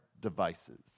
devices